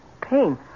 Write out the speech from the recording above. Pain